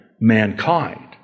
mankind